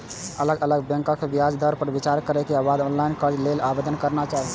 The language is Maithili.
अलग अलग बैंकक ब्याज दर पर विचार करै के बाद ऑनलाइन कर्ज लेल आवेदन करना चाही